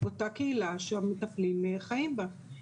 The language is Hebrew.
אותה קהילה שהמטפלים חיים בה.